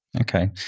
Okay